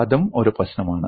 അതും ഒരു പ്രശ്നമാണ്